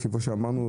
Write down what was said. כפי שאמרנו,